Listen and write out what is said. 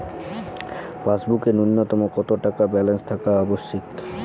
পাসবুকে ন্যুনতম কত টাকা ব্যালেন্স থাকা আবশ্যিক?